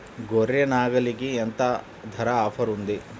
గొర్రె, నాగలికి ఎంత ధర ఆఫర్ ఉంది?